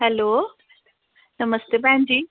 hello नमस्ते भैन जी